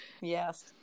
Yes